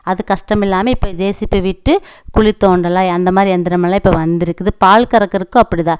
அது கஸ்டமில்லாமே இப்போ ஜேசிபி விட்டு குழி தோண்டலாம் அந்தமாதிரி இந்தரமெல்லாம் இப்போ வந்துருக்குது பால் கறக்கிறக்கு அப்படி தான்